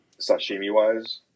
sashimi-wise